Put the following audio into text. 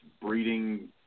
breeding